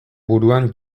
buruan